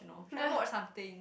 you know should I watch something